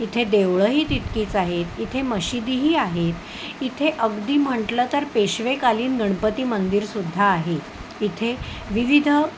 इथे देवळंही तितकीच आहेत इथे मशीदीही आहेत इथे अगदी म्हटलं तर पेशवेकालीन गणपती मंदिर सुद्धा आहे इथे विविध